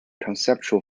conceptual